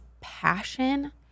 passion